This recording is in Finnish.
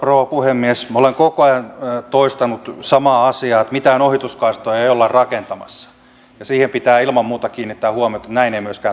minä olen koko ajan toistanut samaa asiaa että mitään ohituskaistoja ei olla rakentamassa ja siihen pitää ilman muuta kiinnittää huomiota että näin ei myöskään tapahdu